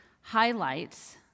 highlights